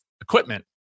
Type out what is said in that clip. equipment